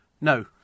No